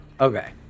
Okay